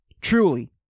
Truly